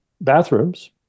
bathrooms